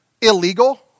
illegal